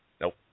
Nope